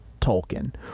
Tolkien